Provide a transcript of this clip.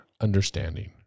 understanding